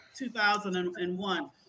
2001